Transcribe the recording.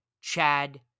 chad